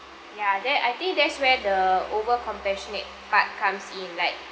ya then I think there's where the over compassionate part comes in like